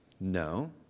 No